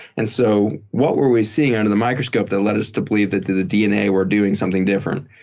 and so what were we seeing under the microscope that led us to believe that the the dna were doing something different?